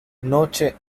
noche